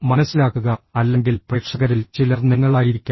മനസ്സിലാക്കുക അല്ലെങ്കിൽ പ്രേക്ഷകരിൽ ചിലർ നിങ്ങളായിരിക്കാം